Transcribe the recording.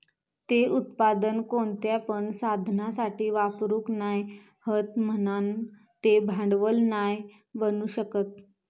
ते उत्पादन कोणत्या पण साधनासाठी वापरूक नाय हत म्हणान ते भांडवल नाय बनू शकत